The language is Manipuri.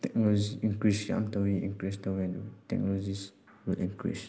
ꯇꯦꯛꯅꯣꯂꯣꯖꯤ ꯏꯟꯀ꯭ꯔꯤꯁ ꯌꯥꯝ ꯇꯧꯏ ꯏꯟꯀ꯭ꯔꯤꯁ ꯇꯧꯏ ꯑꯗꯨ ꯇꯦꯛꯅꯣꯂꯣꯖꯤꯁꯕꯨ ꯏꯟꯀ꯭ꯔꯤꯁ